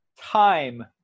time